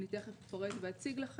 מיד אפרט ואציג.